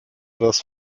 das